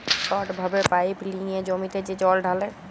ছট ভাবে পাইপ লিঁয়ে জমিতে যে জল ঢালে